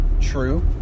True